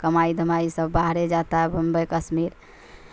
کمائی دھمائی سب باہر ہی جاتا ہے بمبئی کشمیر